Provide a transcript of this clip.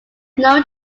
known